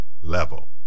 level